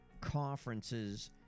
conferences